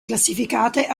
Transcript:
classificate